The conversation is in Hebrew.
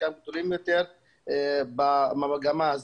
חלקם גדולים יותר במגמה הזאת.